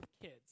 kids